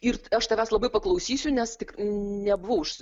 ir aš tavęs labai paklausysiu nes tik nebuvau